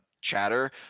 chatter